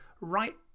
right